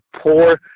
poor